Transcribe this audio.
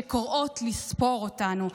שקוראות לספור אותנו,